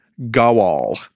gawal